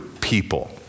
people